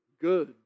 good